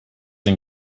and